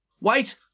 Wait